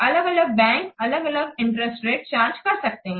अलग अलग बैंक अलग अलग इंटरेस्ट रेट चार्ज कर सकते हैं